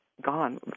gone